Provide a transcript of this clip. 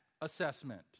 assessment